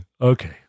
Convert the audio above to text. Okay